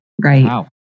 right